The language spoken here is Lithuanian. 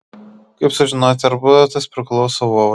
kaip sužinoti ar butas priklauso vovai